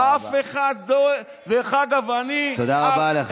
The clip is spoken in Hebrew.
תודה רבה.